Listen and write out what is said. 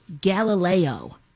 Galileo